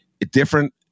Different